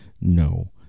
No